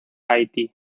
haití